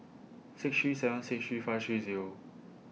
six three seven six three five three Zero